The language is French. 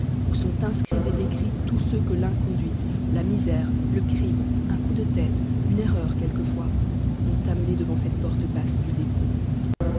où sont inscrits et décrits tous ceux que l'inconduite la misère le crime un coup de tête une erreur quelquefois ont amené devant cette porte basse du dépôt